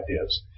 ideas